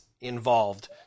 involved